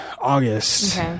August